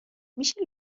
میشه